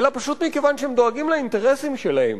אלא פשוט מכיוון שהם דואגים לאינטרסים שלהם